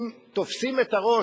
תופסים את הראש,